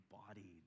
embodied